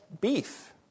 beef